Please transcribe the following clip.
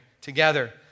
together